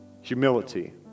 humility